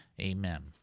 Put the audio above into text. Amen